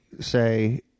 say